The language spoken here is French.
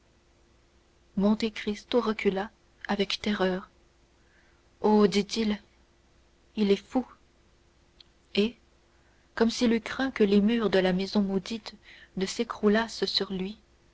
dernier monte cristo recula avec terreur oh dit-il il est fou et comme s'il eût craint que les murs de la maison maudite ne s'écroulassent sur lui